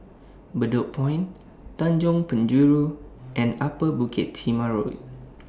Bedok Point Tanjong Penjuru and Upper Bukit Timah Road